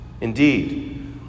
Indeed